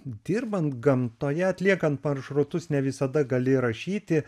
dirbant gamtoje atliekant maršrutus ne visada gali rašyti